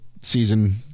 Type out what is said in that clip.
season